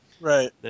right